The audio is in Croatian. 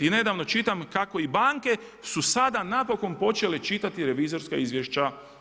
Nedavno čitam kako i banke su sada napokon počele čitati revizorska izvješća.